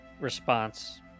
Response